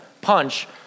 punch